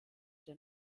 der